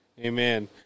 Amen